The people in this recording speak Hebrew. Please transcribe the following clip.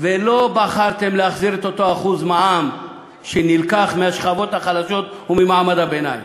ולא בחרתם להחזיר את אותו 1% מע"מ שנלקח מהשכבות החלשות וממעמד הביניים.